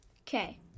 Okay